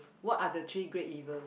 what are the three great evils